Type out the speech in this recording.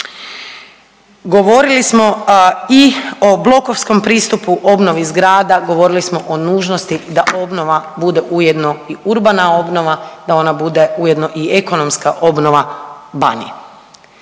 Govorili smo i o blokovskom pristupu obnovi zgrada, govorili smo o nužnosti da obnova bude ujedno i urbana obnova, da ona bude ujedno i ekonomska obnova Banije.